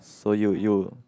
so you you